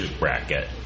bracket